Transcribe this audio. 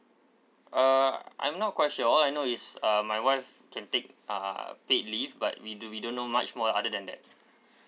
uh I'm not quite sure all I know is uh my wife can take uh paid leave but we do we don't know much more other than that